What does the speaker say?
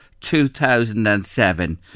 2007